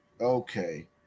Okay